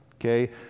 Okay